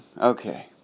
okay